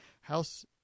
house